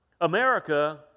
America